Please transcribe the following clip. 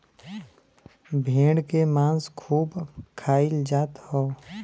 भेड़ के मांस खूब खाईल जात हव